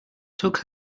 took